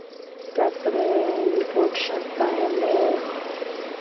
ᱛᱟᱨᱯᱚᱨᱮ ᱯᱩᱸᱰ ᱥᱟᱯᱷᱟᱭᱟᱞᱮ